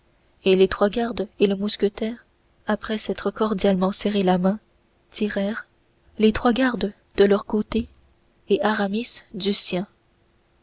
et les trois gardes et le mousquetaire après s'être cordialement serré la main tirèrent les trois gardes de leur côté et aramis du sien